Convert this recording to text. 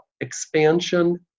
expansion